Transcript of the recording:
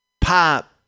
pop